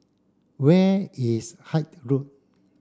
where is Hythe Road